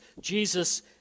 Jesus